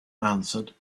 answered